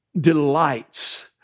delights